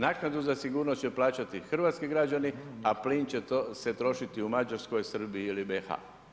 Naknadu za sigurnost će plaćati hrvatski građani, a plin će se trošiti u Mađarskoj, Srbiji ili BiH.